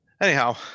anyhow